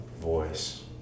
voice